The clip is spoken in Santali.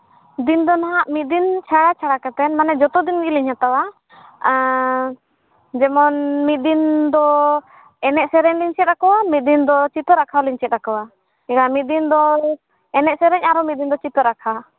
ᱫᱤᱱ ᱫᱚ ᱱᱟᱜ ᱢᱤᱫ ᱫᱤᱱ ᱪᱷᱟᱲᱟ ᱪᱷᱟᱲᱟ ᱠᱟᱛᱮᱫ ᱢᱟᱱᱮ ᱡᱚᱛᱚ ᱫᱤᱱ ᱜᱮᱞᱤᱧ ᱦᱟᱛᱟᱣᱟ ᱟᱨ ᱡᱮᱢᱚᱱ ᱢᱤᱫ ᱫᱤᱱ ᱫᱚ ᱮᱱᱮᱡ ᱥᱮᱨᱮᱧ ᱞᱤᱧ ᱪᱮᱫ ᱟᱠᱚᱣᱟ ᱢᱤᱫ ᱫᱤᱱ ᱫᱚ ᱪᱤᱛᱟᱹᱨ ᱟᱸᱠᱟᱣ ᱞᱤᱧ ᱪᱮᱫ ᱟᱠᱚᱣᱟ ᱭᱟ ᱢᱤᱫ ᱫᱤᱱ ᱫᱚ ᱮᱱᱮᱡ ᱥᱮᱨᱮᱧ ᱟᱨ ᱢᱤᱫ ᱫᱤᱱ ᱫᱚ ᱪᱤᱛᱟᱹᱨ ᱟᱸᱠᱟᱣ